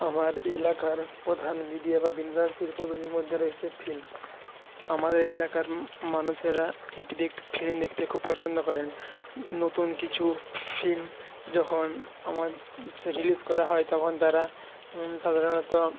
আমার এলাকার প্রধান মিডিয়া বা বিনোদন শিল্পগুলির মধ্যে রয়েছে ফিল্ম আমাদের এলাকার মানুষেরা ফিল্ম দেখতে খুব পছন্দ করেন নতুন কিছু ফিল্ম যখন আমার সে রিলিস করা হয় তখন তারা সাধারণত